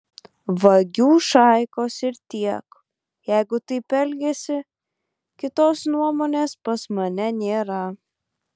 vagių šaikos ir tiek jeigu taip elgiasi kitos nuomonės pas mane nėra